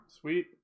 Sweet